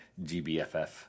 GBFF